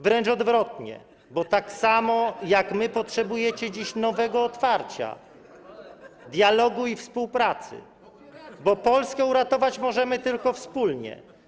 Wręcz odwrotnie, bo tak samo jak my potrzebujecie dziś nowego otwarcia, dialogu i współpracy, bo Polskę uratować możemy tylko wspólnie.